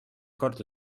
korda